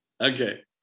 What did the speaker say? Okay